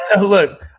Look